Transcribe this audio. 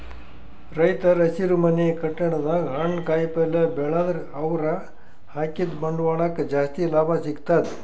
ರೈತರ್ ಹಸಿರುಮನೆ ಕಟ್ಟಡದಾಗ್ ಹಣ್ಣ್ ಕಾಯಿಪಲ್ಯ ಬೆಳದ್ರ್ ಅವ್ರ ಹಾಕಿದ್ದ ಬಂಡವಾಳಕ್ಕ್ ಜಾಸ್ತಿ ಲಾಭ ಸಿಗ್ತದ್